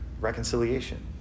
reconciliation